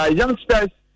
youngsters